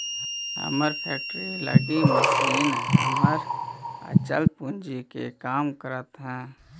हमर फैक्ट्री लगी मशीन हमर अचल पूंजी के काम करऽ हइ